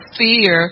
fear